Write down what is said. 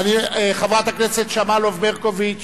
חברת הכנסת יוליה שמאלוב-ברקוביץ